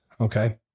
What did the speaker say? Okay